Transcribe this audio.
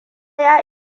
ya